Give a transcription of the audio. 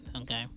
Okay